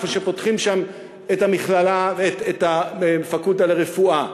שפותחים שם את הפקולטה לרפואה.